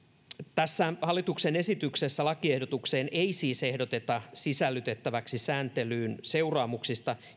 hallituksen esityksessä lakiehdotukseen ei siis ehdoteta sisällytettäväksi sääntelyä seuraamuksista